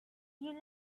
you